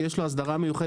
כי יש לו הסדרה מיוחדת.